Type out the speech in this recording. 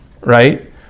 right